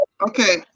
Okay